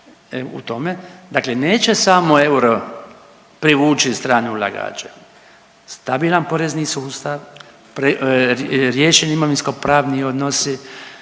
dakle neće samo euro privući strane ulagače, stabilan porezni sustav, riješeni imovinsko pravni odnosi